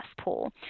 pool